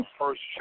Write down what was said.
first